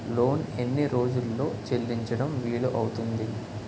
Loan ఎన్ని రోజుల్లో చెల్లించడం వీలు అవుతుంది?